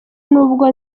n’ubwo